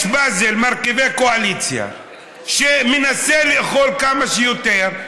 יש פזל, מרכיבים בקואליציה שמנסה לאכול כמה שיותר.